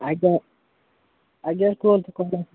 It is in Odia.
ଆଜ୍ଞା ଆଜ୍ଞା କୁହନ୍ତୁ କ'ଣ